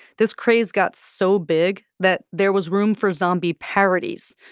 this craze got so big that there was room for zombie parodies,